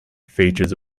features